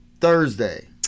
Thursday